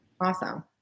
Awesome